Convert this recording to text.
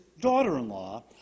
daughter-in-law